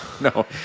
No